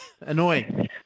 Annoying